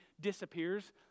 disappears